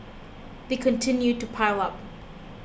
they continue to pile up